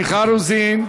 מיכל רוזין.